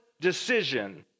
decision